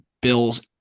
Bills